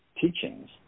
teachings